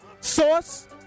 Source